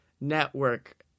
network